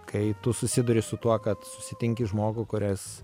kai tu susiduri su tuo kad susitinki žmogų kuris